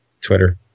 twitter